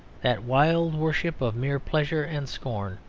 that wild worship of mere pleasure and scorn,